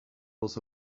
was